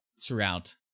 throughout